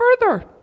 further